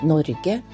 Norge